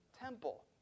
temple